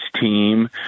team